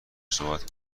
صحبت